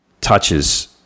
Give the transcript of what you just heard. touches